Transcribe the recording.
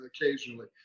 occasionally